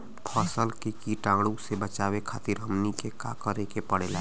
फसल के कीटाणु से बचावे खातिर हमनी के का करे के पड़ेला?